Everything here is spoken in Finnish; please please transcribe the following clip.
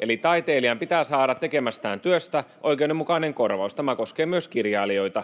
eli taiteilijan pitää saada tekemästään työstä oikeudenmukainen korvaus. Tämä koskee myös kirjailijoita.